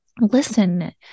listen